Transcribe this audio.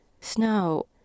snow